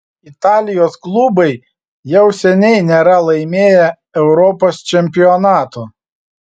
italijos klubai jau seniai nėra laimėję europos čempionato